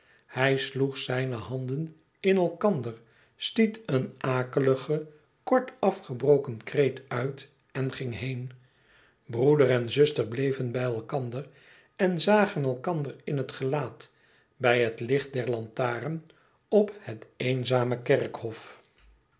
hij sloeg zijne handen in elkander stiet een akeligen kort afgebroken kreet uit en ging heen broeder en zuster bleven bij elkander en zagen alkander in het gelaat bij het licht der lantaren op het eenzame kerkhof